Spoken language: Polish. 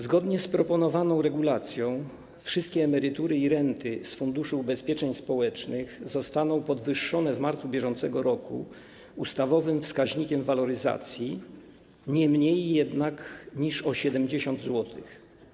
Zgodnie z proponowaną regulacją wszystkie emerytury i renty z Funduszu Ubezpieczeń Społecznych zostaną podwyższone w marcu br. według ustawowego wskaźnika waloryzacji, nie mniej jednak niż o 70 zł.